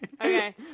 Okay